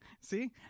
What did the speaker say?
See